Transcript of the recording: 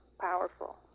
powerful